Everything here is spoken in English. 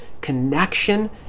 connection